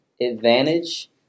advantage